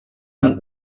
had